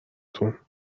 تون